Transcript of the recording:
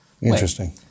Interesting